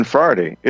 Friday